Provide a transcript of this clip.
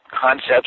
concepts